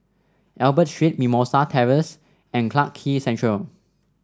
Albert Street Mimosa Terrace and Clarke Quay Central